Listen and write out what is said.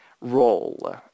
role